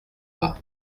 pas